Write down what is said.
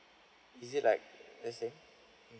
is it like let's say